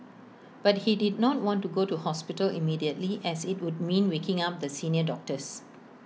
but he did not want to go to hospital immediately as IT would mean waking up the senior doctors